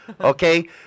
Okay